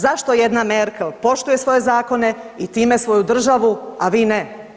Zašto jedna Merkel poštuje svoje zakone i time svoju državu a vi ne?